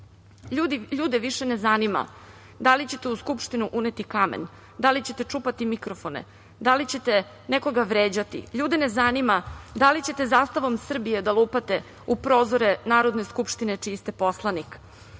Ljude više ne zanima da li ćete u Skupštinu uneti kamen, da li ćete čupati mikrofone, da li ćete nekoga vređati. Ljude ne zanima da li ćete zastavom Srbije da lupate u prozore Narodne skupštine čiji ste poslanik. Ljude